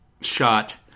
shot